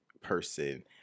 person